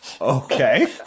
Okay